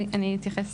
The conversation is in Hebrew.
אתייחס.